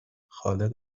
خالق